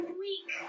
week